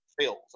feels